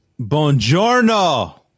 buongiorno